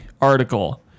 article